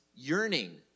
yearning